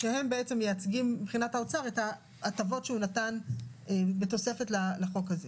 שהם מייצגים מבחינת האוצר את ההטבות שהוא נתן בתוספת לחוק הזה.